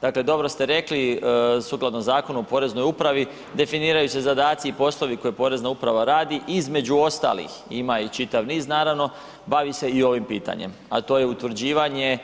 Dakle, dobro ste rekli, sukladno Zakonu o Poreznoj upravi, definiraju se zadaci i poslovi koje Porezna uprava radi, između ostalih ima ih čitav niz naravno, bavi se i ovim pitanjem a to je utvrđivanje